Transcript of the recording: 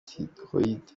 thyroïde